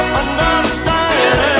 understand